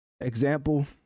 example